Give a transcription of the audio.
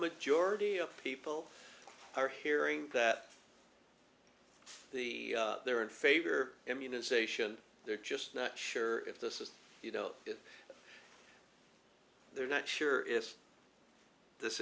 majority of people are hearing that the they're in favor immunization they're just not sure if this is you know if they're not sure if this